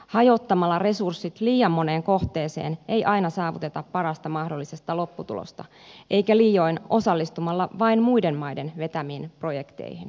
hajottamalla resurssit liian moneen kohteeseen ei aina saavuteta parasta mahdollista lopputulosta eikä liioin osallistumalla vain muiden maiden vetämiin projekteihin